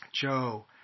Joe